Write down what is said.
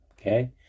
Okay